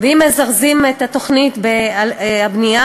ואם מזרזים את תוכנית הבנייה,